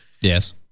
Yes